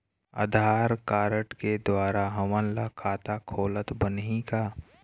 आधार card के द्वारा हमन ला खाता खोलत बनही का?